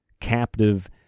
captive